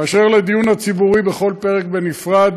אשר לדיון הציבורי בכל פרק בנפרד,